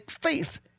faith